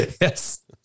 Yes